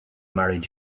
married